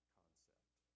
concept